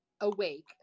awake